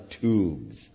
tubes